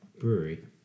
Brewery